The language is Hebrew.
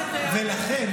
ולכן,